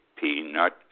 peanut